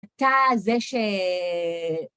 אתה זה ש...